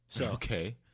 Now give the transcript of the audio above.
Okay